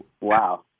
Wow